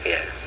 Yes